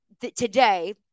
today